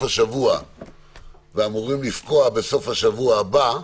השבוע ואמורות לפקוע בסוף השבוע הבא,